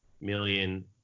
million